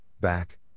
back